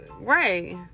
right